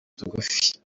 tugufi